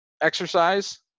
exercise